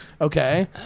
Okay